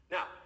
Now